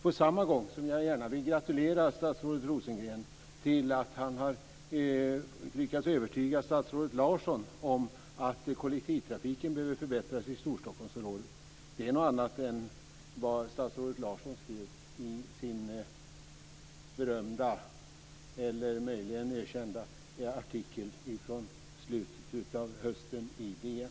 På samma gång vill jag gärna gratulera statsrådet Rosengren till att han har lyckats övertyga statsrådet Larsson om att kollektivtrafiken behöver förbättras i Storstockholmsområdet. Det är något annat än det statsrådet Larsson skrev i sin berömda, eller möjligen ökända, artikel från slutet av hösten i DN.